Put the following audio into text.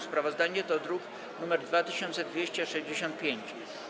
Sprawozdanie to druk nr 2265.